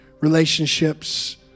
relationships